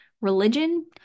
religion